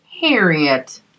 Harriet